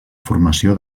formació